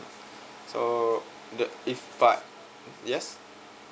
so the if but yes